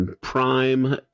prime